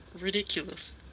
ridiculous